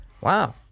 Wow